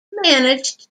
managed